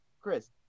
Chris